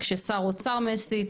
כשר אוצר מסית,